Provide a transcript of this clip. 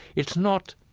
it's not,